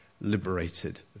liberated